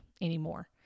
anymore